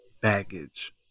baggage